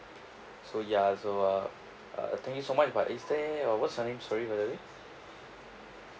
so ya so uh uh thank you so much but is there uh what's your name sorry by the way